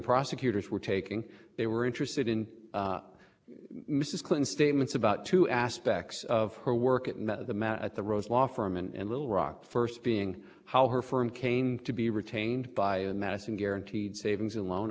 prosecutors were taking they were interested in mrs clinton statements about two aspects of her work at the at the rose law firm and little rock first being how her firm came to be retained by madison guaranteed savings and loan